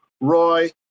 Roy